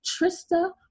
Trista